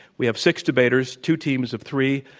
we have six debaters, two teams of three,